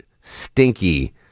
stinky